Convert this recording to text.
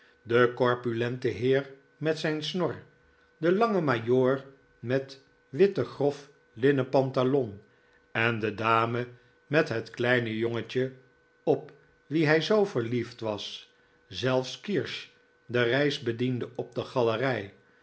de corpulente heer met zijn snor de lange majoor met witte grof linnen pantalon en de dame met het kleine jongetje op wie hij zoo verliefd was zelfs kirsch de reisbediende op de galerij